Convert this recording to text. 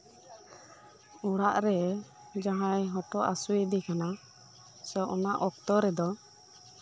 ᱚᱲᱟᱜ ᱨᱮ ᱡᱟᱦᱟᱸᱭ ᱦᱚᱴᱚᱜ ᱦᱟᱥᱩᱭᱮ ᱠᱟᱱᱟ ᱚᱱᱟ ᱚᱠᱛᱚ ᱨᱮᱫᱚ